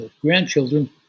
grandchildren